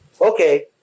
okay